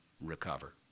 recover